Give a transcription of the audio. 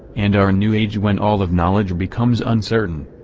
and our new age when all of knowledge becomes uncertain.